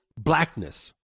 blackness